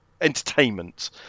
entertainment